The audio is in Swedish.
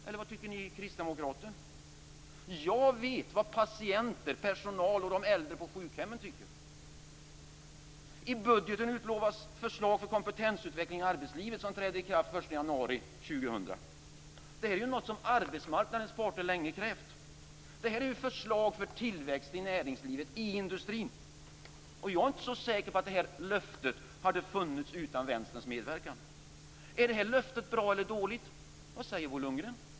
Eller vad tycker ni kristdemokrater? Jag vet vad patienterna, personalen och de äldre på sjukhemmen tycker. I budgeten utlovas förslag för kompetensutveckling i arbetslivet som träder i kraft den 1 januari 2000. Detta är något som arbetsmarknadens parter länge krävt. Det här är förslag för tillväxt i näringslivet, i industrin. Jag är inte så säker på att det här löftet hade funnits utan Vänsterns medverkan. Är det här löftet bra eller dåligt? Vad säger Bo Lundgren?